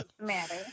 matter